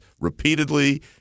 repeatedly